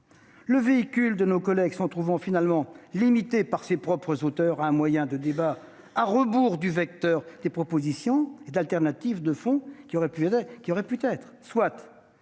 le véhicule de nos collègues se trouvant finalement limité par ses propres auteurs à un moyen de débat, à rebours du vecteur de propositions et de solutions de rechange de fond qu'il aurait pu être. Dont